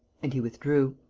and he withdrew.